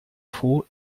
froh